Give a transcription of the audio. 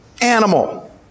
animal